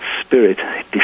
spirit